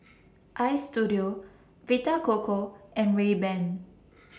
Istudio Vita Coco and Rayban